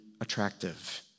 attractive